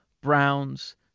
Browns